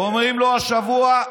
אומרים לו: השבוע,